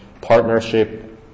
partnership